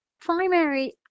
primary